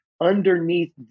underneath